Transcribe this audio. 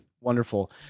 Wonderful